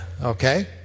okay